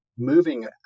moving